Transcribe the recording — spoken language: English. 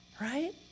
Right